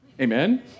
Amen